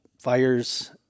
fires